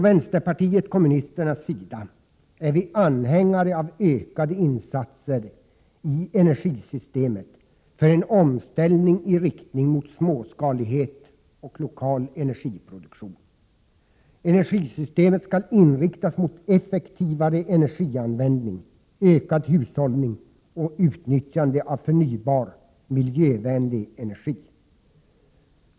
Vänsterpartiet kommunisterna är anhängare av ökade insatser i energisystemet för en omställning i riktning mot småskalighet och lokal energiproduktion. Energisystemet skall inriktas mot effektivare energianvändning, ökad hushållning och utnyttjande av förnybar, miljövänlig energi.